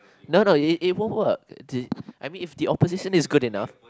no no it it won't work di~ I mean if the opposition is good enough